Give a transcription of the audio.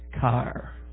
car